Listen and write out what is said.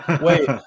Wait